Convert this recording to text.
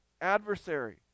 adversary